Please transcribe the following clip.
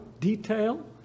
detail